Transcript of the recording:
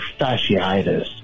fasciitis